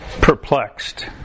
perplexed